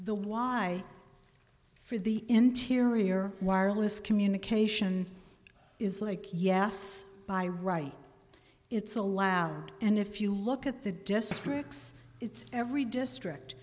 the why for the interior wireless communication is like yes by right it's allowed and if you look at the districts it's every district